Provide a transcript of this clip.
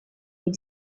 bit